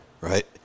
Right